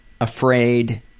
afraid